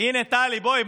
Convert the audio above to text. הינה, טלי, בואי.